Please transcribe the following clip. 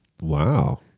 Wow